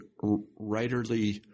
writerly –